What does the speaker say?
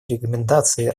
рекомендации